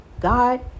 God